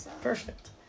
Perfect